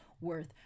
worth